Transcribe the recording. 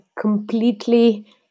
completely